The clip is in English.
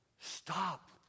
Stop